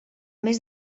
més